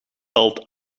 telt